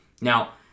Now